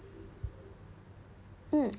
mm